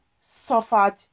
suffered